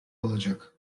olacak